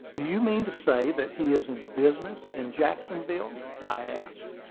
do you mean to say that he is in business in jacksonville? i asked.